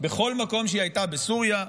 בסוריה,